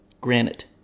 Granite